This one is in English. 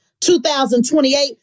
2028